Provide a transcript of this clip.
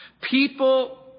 People